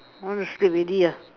I want to sleep already ah